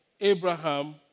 Abraham